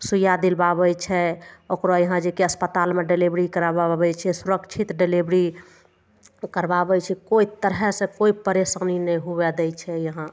सुइया दिलबाबय छै ओकरो यहाँ जे कि अस्पतालमे डिलेवरी करबाबै छै सुरक्षित डिलेवरी करबाबय छै कोइ तरहसँ कोइ परेशानी नहि हुवे दै छै यहाँ